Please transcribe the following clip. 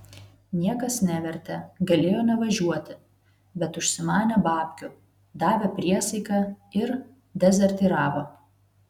niekas nevertė galėjo nevažiuoti bet užsimanė babkių davė priesaiką ir dezertyravo